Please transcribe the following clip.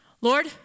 Lord